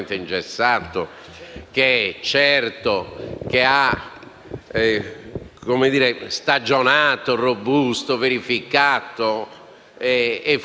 evasione fiscale, di essere equo nei confronti del cittadino e di produrre effetti positivi per la finanza pubblica,